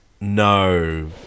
No